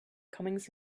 comings